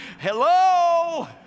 hello